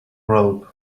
rope